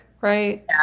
right